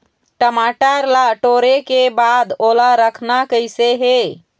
टमाटर ला टोरे के बाद ओला रखना कइसे हे?